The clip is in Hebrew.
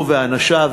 הוא ואנשיו,